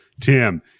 Tim